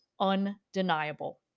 undeniable